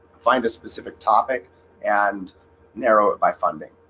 find a specific topic and narrow it by funding